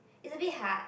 it's a bit hard